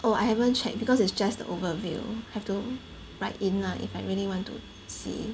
oh I haven't check because it's just the overview have to write in lah if I really want to see